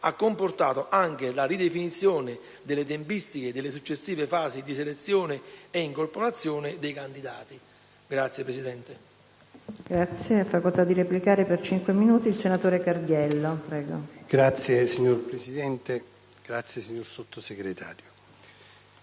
comportato anche la ridefinizione delle tempistiche delle successive fasi di selezione e incorporazione dei candidati.